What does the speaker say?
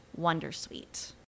Wondersuite